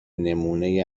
نمونه